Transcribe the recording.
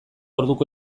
orduko